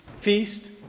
Feast